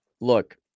look